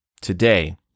today